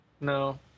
No